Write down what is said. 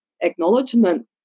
acknowledgement